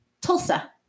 Tulsa